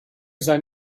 sein